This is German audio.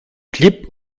klipp